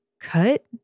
cut